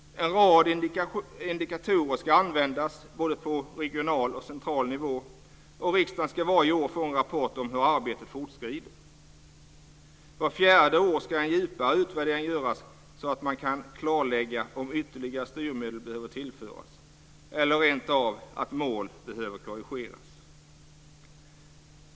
En rad indikatorer ska användas på både regional och central nivå, och riksdagen ska varje år få en rapport om hur arbetet fortskrider. Vart fjärde år ska en djupare utvärdering göras så att man kan klarlägga om ytterligare styrmedel behöver tillföras eller om mål rentav behöver korrigeras.